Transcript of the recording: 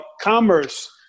commerce